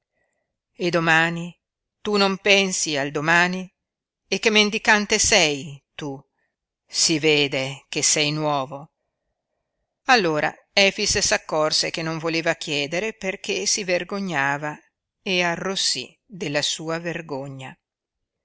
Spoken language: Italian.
e domani tu non pensi al domani e che mendicante sei tu si vede che sei nuovo allora efix s'accorse che non voleva chiedere perché si vergognava e arrossí della sua vergogna